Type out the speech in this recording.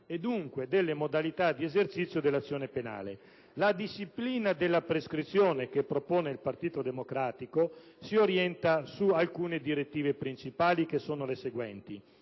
e dunque delle modalità di esercizio dell'azione penale. La disciplina della prescrizione proposta dal Partito Democratico si orienta su alcune direttive principali. Innanzi tutto,